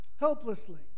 helplessly